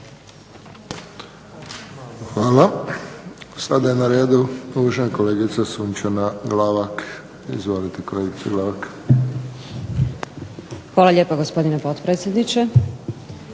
Hvala. Sad je na redu uvažena kolegica Sunčana Glavak. Izvolite kolegice Glavak. **Glavak, Sunčana (HDZ)** Hvala lijepa gospodine potpredsjedniče.